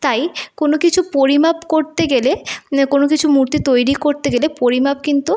তাই কোনো কিছু পরিমাপ করতে গেলে কোনো কিছু মূর্তি তৈরি করতে গেলে পরিমাপ কিন্তু